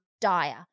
dire